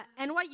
NYU